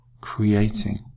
creating